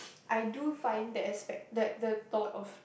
I do find that expect like the thought of